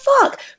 fuck